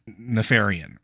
Nefarian